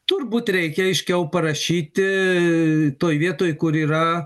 turbūt reikia aiškiau parašyti toj vietoj kur yra